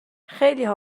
خیلیها